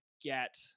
get